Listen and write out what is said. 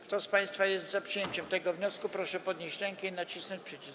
Kto z państwa jest za przyjęciem tego wniosku, proszę podnieść rękę i nacisnąć przycisk.